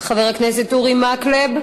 בכל אחד מימי קיומה,